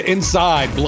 Inside